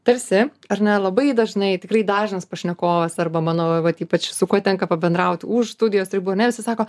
tarsi ar ne labai dažnai tikrai dažnas pašnekovas arba mano vat ypač su kuo tenka pabendraut už studijos ribų ar ne visi sako